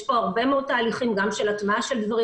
יש פה הרבה מאוד תהליכים, גם של הטמעה של דברים.